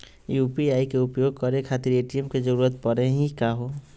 UPI के उपयोग करे खातीर ए.टी.एम के जरुरत परेही का हो?